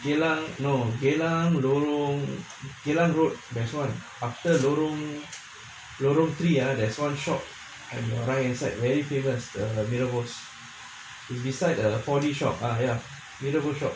geylang lor geylang lorong geylang road there's one after lorong lorong three ah there's one shop inside very beautiful is beside the forty shop ah meaningful shop